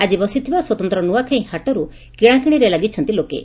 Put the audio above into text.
ଆଜି ବସିଥିବା ସ୍ୱତନ୍ତ ନୂଆଖାଇଁ ହାଟରୁ କିଶାକିଶିରେ ଲାଗିଛନ୍ତି ଲୋକେ